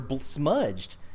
smudged